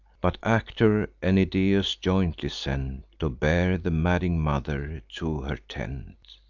but actor and idaeus jointly sent, to bear the madding mother to her tent.